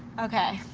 okay.